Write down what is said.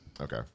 okay